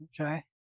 Okay